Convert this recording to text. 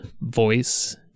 voice